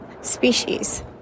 species